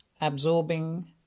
absorbing